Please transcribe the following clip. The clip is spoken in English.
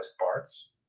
parts